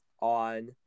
on